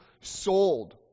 sold